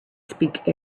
speak